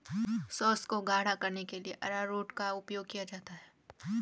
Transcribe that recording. sauce को गाढ़ा करने के लिए अरारोट का उपयोग किया जाता है